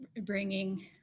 bringing